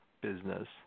business